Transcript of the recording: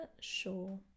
sure